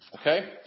Okay